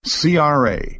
CRA